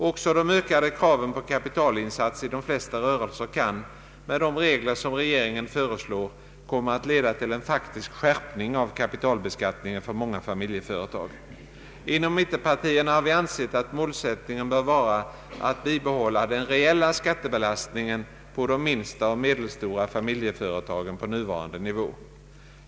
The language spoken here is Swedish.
Också de ökade kraven på kapitalinsats i de flesta rörelser kan — med de regler som regeringen föreslår — komma att leda till en faktisk skärpning av kapitalbeskattningen för många familjeföretag. Inom <mittenpartierna har vi ansett att målsättningen bör vara att bibehålla den reella skattebelastningen för de mindre och medelstora familjeföretagen på nuvarande nivå.